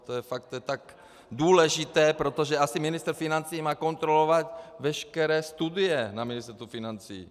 to je fakt tak důležité, protože asi ministr financí má kontrolovat veškeré studie na Ministerstvu financí.